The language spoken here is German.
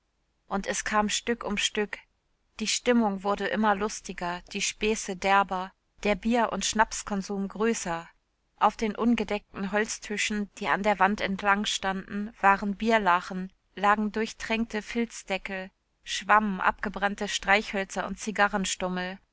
und es kam stück um stück die stimmung wurde immer lustiger die späße derber der bier und schnapskonsum größer auf den ungedeckten holztischen die an der wand entlang standen waren bierlachen lagen durchtränkte filzdeckel schwammen abgebrannte streichhölzer und